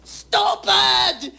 stupid